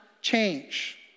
change